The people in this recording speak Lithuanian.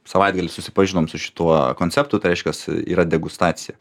savaitgalį susipažinom su šituo konceptu tai reiškias yra degustacija